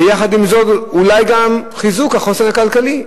ויחד עם זאת אולי גם על החוסן הכלכלי.